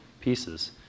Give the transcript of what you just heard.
pieces